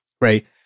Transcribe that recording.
right